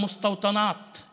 מהי עסקת המאה,